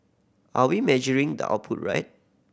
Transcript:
are we measuring the output right